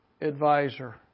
advisor